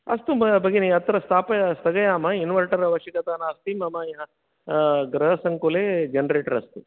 अस्तु ब भगिनी अत्र स्ताप स्तगयामः इन्वर्टर् अवश्यकता नास्ति मम गृहसङ्कुले जनरेटर् अस्ति